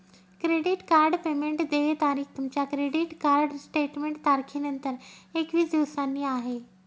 credit card payment देय तारीख तुमच्या क्रेडिट कार्ड स्टेटमेंट तारखेनंतर एकवीस दिवसांनी आहे